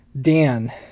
Dan